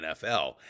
NFL